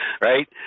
Right